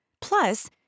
Plus